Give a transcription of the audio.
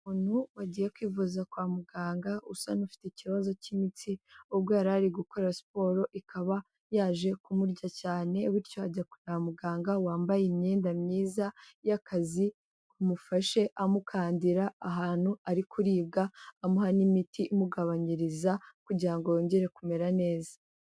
Umuntu wagiye kwivuza kwa muganga usa n'ufite ikibazo cy'imitsi, ubwo yari ari gukora siporo, ikaba yaje kumurya cyane bityo ajya kwa muganga wambaye imyenda myiza y'akazi, ngo amufashe amukandira ahantu ari kuribwa, amuha n'imiti imugabanyiriza kugira ngo yongere kumera neza.